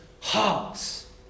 hearts